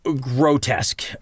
grotesque